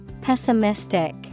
Pessimistic